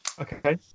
Okay